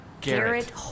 Garrett